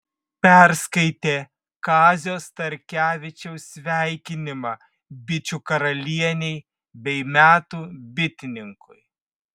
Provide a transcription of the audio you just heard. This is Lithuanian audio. perskaitė kazio starkevičiaus sveikinimą bičių karalienei bei metų bitininkui